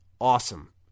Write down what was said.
awesome